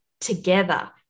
together